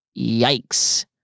Yikes